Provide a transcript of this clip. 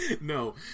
No